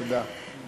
תודה.